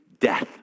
death